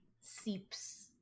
seeps